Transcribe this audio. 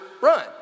run